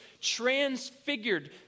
transfigured